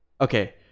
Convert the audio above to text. okay